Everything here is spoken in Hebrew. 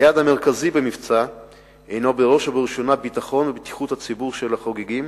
היעד המרכזי במבצע הוא בראש ובראשונה לתת ביטחון ובטיחות לציבור החוגגים